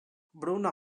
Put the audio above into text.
bruna